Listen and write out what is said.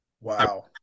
Wow